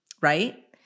right